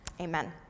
amen